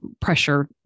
pressure